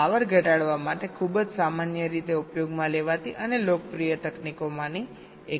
આ પાવર ઘટાડવા માટે ખૂબ જ સામાન્ય રીતે ઉપયોગમાં લેવાતી અને લોકપ્રિય તકનીકોમાંની એક છે